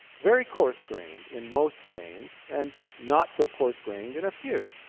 very coarse-grained in most brains, and not so coarse-grained in a few.